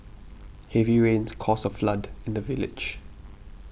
heavy rains caused a flood in the village